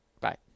Bye